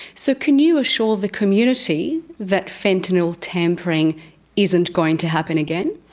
so can you assure the community that fentanyl tampering isn't going to happen again?